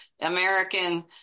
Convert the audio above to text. American